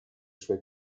suoi